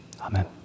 Amen